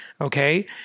Okay